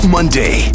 Monday